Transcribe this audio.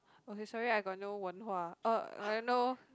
okay sorry I got no 文化:wenhua uh I got no